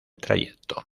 trayecto